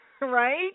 Right